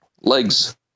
legs